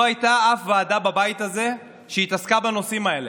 לא הייתה אף ועדה בבית הזה שהתעסקה בנושאים האלה,